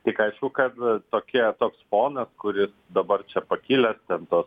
tik aišku kad tokie toks fonas kuris dabar čia pakilęs ten tos